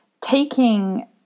taking